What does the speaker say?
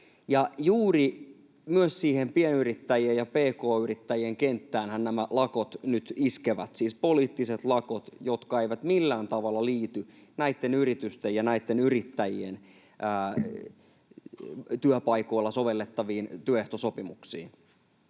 juuri myös siihen pienyrittäjien ja pk-yrittäjien kenttäänhän nämä lakot nyt iskevät, siis poliittiset lakot, jotka eivät millään tavalla liity näitten yritysten ja näitten yrittäjien työpaikoilla sovellettaviin työehtosopimuksiin.